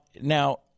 now